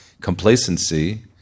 complacency